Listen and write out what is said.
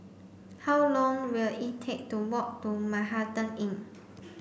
how long will it take to walk to Manhattan Inn